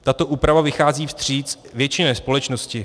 Tato úprava vychází vstříc většině společnosti.